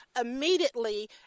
immediately